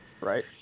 right